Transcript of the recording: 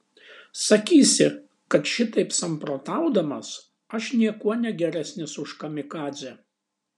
sakysi kad šitaip samprotaudamas aš niekuo negeresnis už kamikadzę